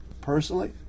Personally